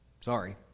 Sorry